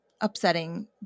upsetting